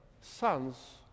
sons